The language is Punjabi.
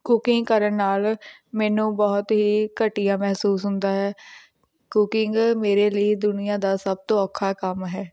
ਕੁਕਿੰਗ ਕਰਨ ਨਾਲ ਮੈਨੂੰ ਬਹੁਤ ਹੀ ਘਟੀਆ ਮਹਿਸੂਸ ਹੁੰਦਾ ਹੈ ਕੁਕਿੰਗ ਮੇਰੇ ਲਈ ਦੁਨੀਆਂ ਦਾ ਸਭ ਤੋਂ ਔਖਾ ਕੰਮ ਹੈ